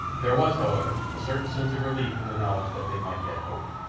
there was, however, a certain sense of relief in the knowledge that they might yet hope.